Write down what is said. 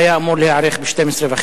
זה היה אמור להיערך ב-12:30.